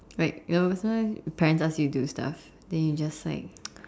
right you know sometimes your parents ask you do stuff then you just like